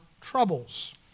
troubles